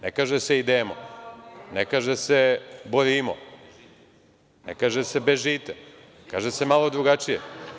Ne kaže se – idemo, ne kaže se – bojimo, ne kaže se – bežite, kaže se malo drugačije.